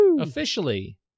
Officially